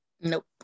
Nope